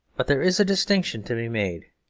but there is a distinction to be made.